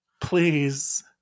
please